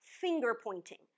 finger-pointing